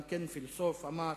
גם כן פילוסוף, אמר: